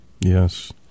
Yes